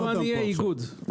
לא אני, האיגוד.